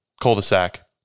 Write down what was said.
cul-de-sac